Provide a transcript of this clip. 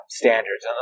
standards